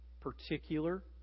particular